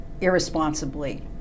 irresponsibly